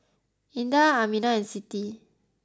Indah Aminah and Siti